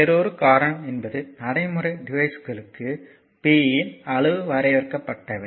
வேறொரு காரணம் என்பது நடைமுறை டிவைய்ஸ்களுக்கு p இன் அளவு வரையறுக்கப்பட்டவை